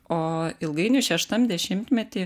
o ilgainiui šeštam dešimtmety